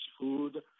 food